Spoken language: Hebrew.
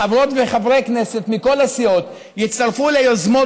חברות וחברי הכנסת מכל הסיעות יצטרפו ליוזמות